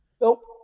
Nope